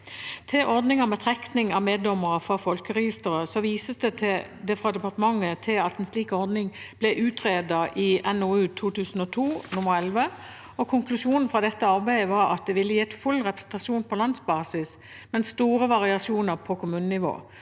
Til ordningen med trekning av meddommere fra folkeregisteret vises det fra departementet til at en slik ordning ble utredet i NOU 2002: 11. Konklusjonen fra dette arbeidet var at det ville gitt full representasjon på landsbasis, men store variasjoner på kommunenivå,